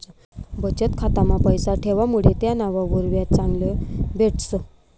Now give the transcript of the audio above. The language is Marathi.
बचत खाता मा पैसा ठेवामुडे त्यानावर व्याज चांगलं भेटस